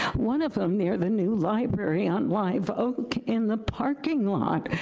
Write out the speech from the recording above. one of them near the new library on live oak, in the parking lot,